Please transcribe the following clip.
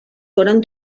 foren